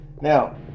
Now